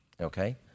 Okay